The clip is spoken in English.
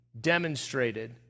demonstrated